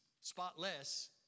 spotless